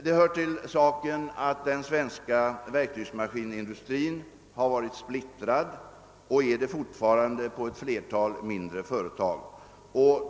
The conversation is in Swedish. Det hör till saken ati den svenska verktygsmaskinindustrin har varit och fortfarande är splittrad på ett flertal mindre företag.